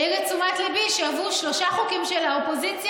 העיר את תשומת ליבי שעברו שלושה חוקים של האופוזיציה,